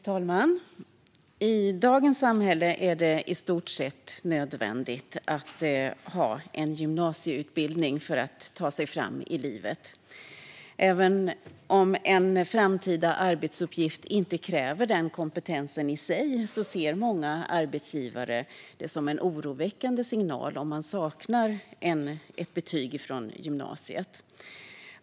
Fru talman! I dagens samhälle är det i stort sett nödvändigt att ha en gymnasieutbildning för att ta sig fram i livet. Även om en framtida arbetsuppgift i sig inte kräver den kompetensen ser många arbetsgivare det som en oroväckande signal om en sökande inte har betyg från gymnasiet.